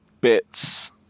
Bits